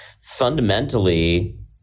fundamentally